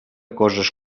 coses